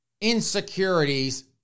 insecurities